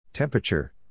Temperature